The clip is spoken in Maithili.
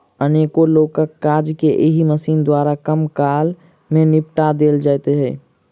अनेको लोकक काज के एहि मशीन द्वारा कम काल मे निपटा देल जाइत छै